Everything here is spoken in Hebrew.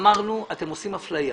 אמרנו שאתם עושים אפליה.